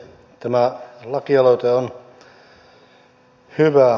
tämä lakialoite on hyvä